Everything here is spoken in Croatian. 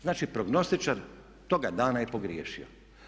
Znači prognostičar toga dana je pogriješio.